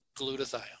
glutathione